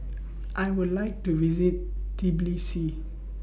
I Would like to visit Tbilisi